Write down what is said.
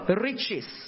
riches